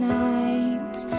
nights